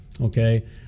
okay